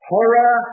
Horror